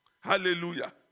Hallelujah